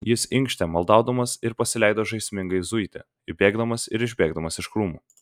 jis inkštė maldaudamas ir pasileido žaismingai zuiti įbėgdamas ir išbėgdamas iš krūmų